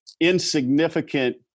insignificant